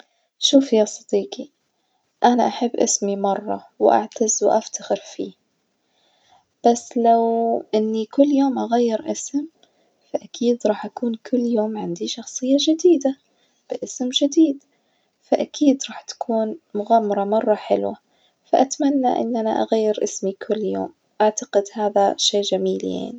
شوف يا صديقي، أنا أحب اسمي مرة وأعتز وأفتخر فيه، بس لو إني كل يوم أغير اسم، فأكيد راح أكون كل يوم عندي شخصية جديدة باسم جديد فأكيد راح تكون مغامرة مرة حلوة، فاتمني إن أنا أغير اسمي كل يوم أعتقد إن هذا شئ جميل يعني.